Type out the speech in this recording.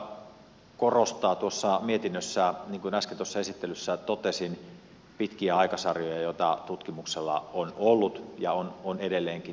valiokunta korostaa tuossa mietinnössä niin kuin äsken tuossa esittelyssä totesin pitkiä aikasarjoja joita tutkimuksella on ollut ja on edelleenkin